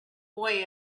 boy